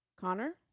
Connor